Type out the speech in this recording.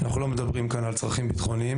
אנחנו לא מדברים כאן על צרכים ביטחוניים,